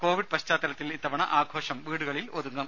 Covid പശ്ചാത്തലത്തിൽ ഇത്തവണ ആഘോഷം വീടുകളിലൊതുങ്ങും